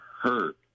hurt